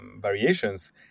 variations